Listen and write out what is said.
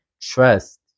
Trust